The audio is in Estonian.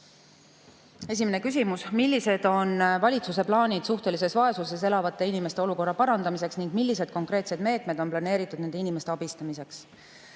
Esimene küsimus: "Millised on valitsuse plaanid suhtelises vaesuses elavate inimeste olukorra parandamiseks ning millised konkreetsed meetmed on planeeritud nende inimeste abistamiseks?"